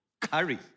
curry